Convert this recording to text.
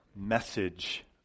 message